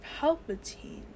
Palpatine